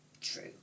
True